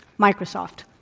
microsoft,